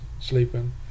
sleeping